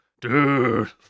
dude